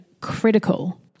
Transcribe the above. critical